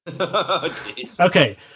Okay